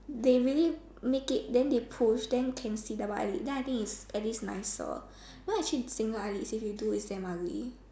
they really make it then they push then can see double eyelid then I think it is at least nicer you know actually single eyelid if you do it is damn ugly